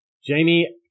Jamie